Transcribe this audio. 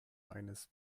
eines